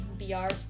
BRs